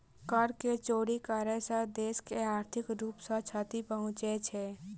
कर के चोरी करै सॅ देश के आर्थिक रूप सॅ क्षति पहुँचे छै